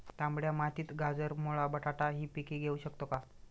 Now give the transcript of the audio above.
तांबड्या मातीत गाजर, मुळा, बटाटा हि पिके घेऊ शकतो का?